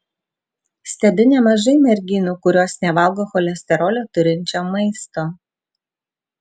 stebiu nemažai merginų kurios nevalgo cholesterolio turinčio maisto